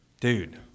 Dude